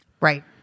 Right